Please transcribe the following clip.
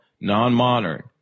non-modern